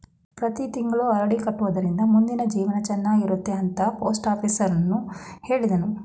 ಪ್ರತಿ ತಿಂಗಳು ಆರ್.ಡಿ ಕಟ್ಟೊಡ್ರಿಂದ ಮುಂದಿನ ಜೀವನ ಚನ್ನಾಗಿರುತ್ತೆ ಅಂತ ಪೋಸ್ಟಾಫೀಸುನವ್ರು ಹೇಳಿದ್ರು